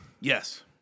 Yes